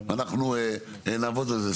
ואנחנו נעבוד על זה.